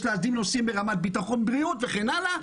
יש להסדיר נושאים ברמת ביטחון בריאות וכן הלאה.